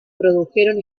produjeron